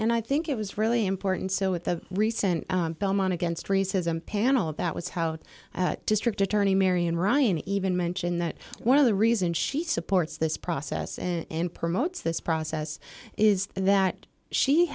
and i think it was really important so with the recent belmont against racism panel that was how the district attorney marian ryan even mentioned that one of the reason she supports this process and promotes this process is that she